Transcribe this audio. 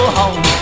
home